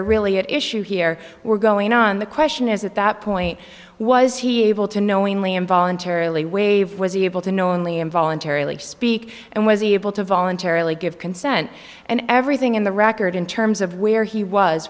are really at issue here were going on the question is at that point was he able to knowingly and voluntarily waive was he able to knowingly and voluntarily speak and was able to voluntarily give consent and everything in the record in terms of where he was